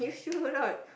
sure or not